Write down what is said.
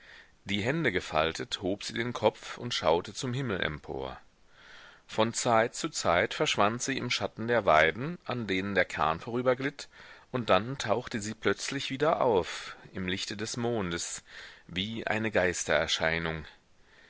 die hände gefaltet hob sie den kopf und schaute zum himmel empor von zeit zu zeit verschwand sie im schatten der weiden an denen der kahn vorüberglitt und dann tauchte sie plötzlich wieder auf im lichte des mondes wie eine